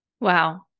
Wow